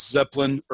Zeppelin